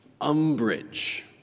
Umbrage